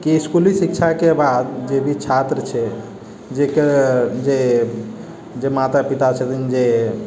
की इसकुली शिक्षाके बाद जे भी छात्र छै जकर जे जे माता पिता छथिन जे